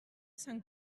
sant